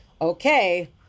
Okay